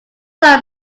are